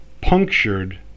punctured